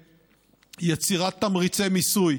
יצירת תמריצי מיסוי,